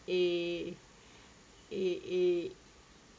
a a a